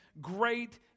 Great